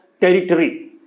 territory